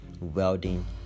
welding